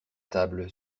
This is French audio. table